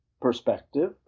perspective